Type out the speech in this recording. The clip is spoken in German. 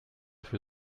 für